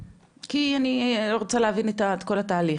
כי אני רוצה להבין את כל התהליך.